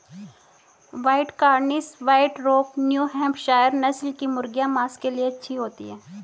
white Cornish, White Rock, New Hampshire नस्ल की मुर्गियाँ माँस के लिए अच्छी होती हैं